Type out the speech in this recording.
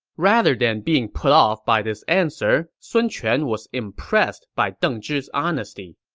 rather than being put off by this answer, sun quan was impressed by deng zhi's honesty.